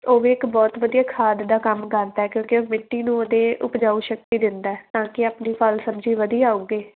ਉਹ ਵੀ ਇੱਕ ਬਹੁਤ ਵਧੀਆ ਖਾਦ ਦਾ ਕੰਮ ਕਰਦਾ ਕਿਉਂਕਿ ਉਹ ਮਿੱਟੀ ਨੂੰ ਉਹਦੇ ਉਪਜਾਊ ਸ਼ਕਤੀ ਦਿੰਦਾ ਤਾਂ ਕਿ ਆਪਣੀ ਫਲ ਸਬਜ਼ੀ ਵਧੀਆ ਉੱਗੇ